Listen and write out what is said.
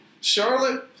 Charlotte